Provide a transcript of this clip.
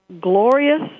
glorious